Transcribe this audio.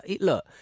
look